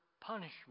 punishment